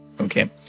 Okay